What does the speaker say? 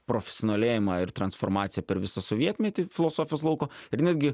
profesionalėjimą ir transformaciją per visą sovietmetį filosofijos lauko ir netgi